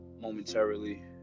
momentarily